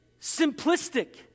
simplistic